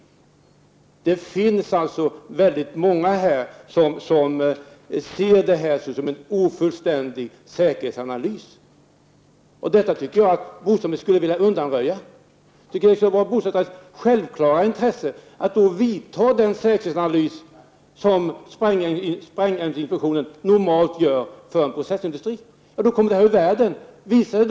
Väldigt många anser alltså att säkerhetsanalysen är mycket ofullständig. Bostadsministern borde undanröja denna uppfattning. Det borde ligga i bostadministerns självklara intresse att låta göra den säkerhetsanalys som sprängämnesinspektionen normalt gör när det gäller en processindustri.